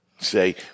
say